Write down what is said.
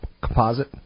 Composite